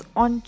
on